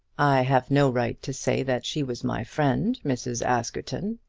i have no right to say that she was my friend, mrs. askerton,